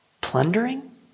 plundering